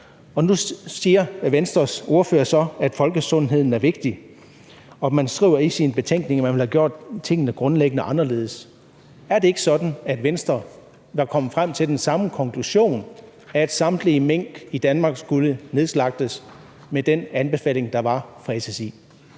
Og nu siger Venstres ordfører så, at folkesundheden er vigtig, og man skriver i sin betænkning, at man ville have gjort tingene grundlæggende anderledes. Er det ikke sådan, at Venstre var kommet frem til den samme konklusion, nemlig at samtlige mink i Danmark skulle nedslagtes, med den anbefaling, der var fra SSI?